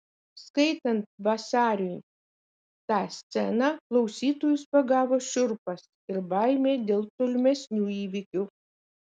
skaitant vasariui tą sceną klausytojus pagavo šiurpas ir baimė dėl tolimesnių įvykių